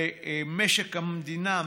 ומשק המדינה,